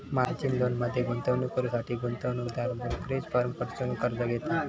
margin लोनमध्ये गुंतवणूक करुसाठी गुंतवणूकदार ब्रोकरेज फर्म कडसुन कर्ज घेता